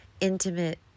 intimate